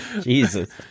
Jesus